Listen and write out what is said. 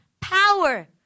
power